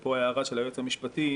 אפרופו ההערה של היועץ המשפטי,